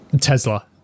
Tesla